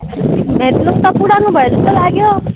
झोलुङ त पुरानो भए जस्तो लाग्यो